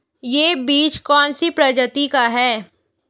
यह बीज कौन सी प्रजाति का है?